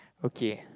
okay